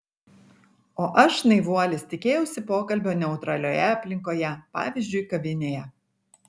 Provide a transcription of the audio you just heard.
o aš naivuolis tikėjausi pokalbio neutralioje aplinkoje pavyzdžiui kavinėje